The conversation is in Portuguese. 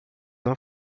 não